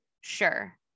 Sure